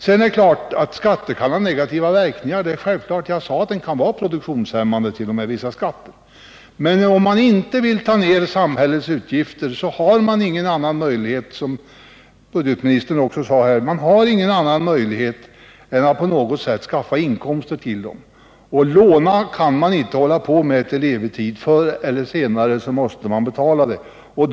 Självklart kan skatter ha negativa verkningar och t.o.m. vara produktionshämmande. Om man inte vill skära ned på samhällets utgifter har man, som budgetoch ekonomiministern också sade, ingen annan möjlighet än att också skaffa inkomster till dem. Låna kan man inte göra i evinnerlig tid. Förr eller senare måste man betala tillbaka.